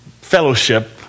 fellowship